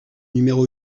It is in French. numéro